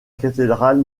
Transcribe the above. cathédrale